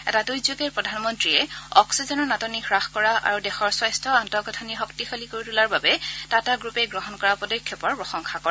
এটা টুইটযোগে প্ৰধানমন্ত্ৰীয়ে অক্সিজেনৰ নাটনি হাস কৰা আৰু দেশৰ স্বাস্থ্য আন্তঃগাঁঠনি শক্তিশালী কৰি তোলাৰ বাবে টাটা গ্ৰুপে গ্ৰহণ কৰা পদক্ষেপৰ প্ৰশংসা কৰে